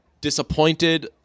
disappointed